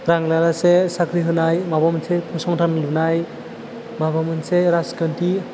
रां लायालासे साख्रि होनाय माबा मोनसे फसंथान लुनाय माबा मोनसे राजखान्थि